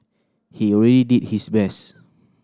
he already did his best